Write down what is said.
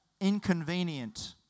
inconvenient